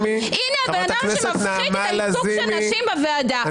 נעמה לזימי ---- הנה בן אדם שמפחית את הייצוג של נשים בוועדה דה-פקטו.